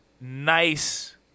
nice